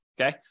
Okay